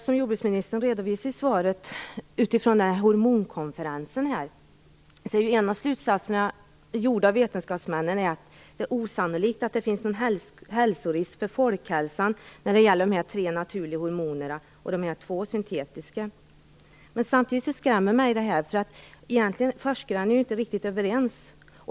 Som jordbruksministern redovisar i svaret utifrån hormonkonferensen är en av de slutsatser som dragits av vetenskapsmännen att det är osannolikt att det finns någon risk för folkhälsan när det gäller de tre naturliga hormonerna och de två syntetiska. Samtidigt skrämmer det mig. Forskarna är ju inte riktigt överens.